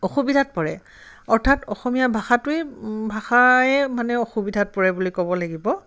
অসুবিধাত পৰে অৰ্থাৎ অসমীয়া ভাষাটোৱে ভাষায়ে মানে অসুবিধাত পৰে বুলি ক'ব লাগিব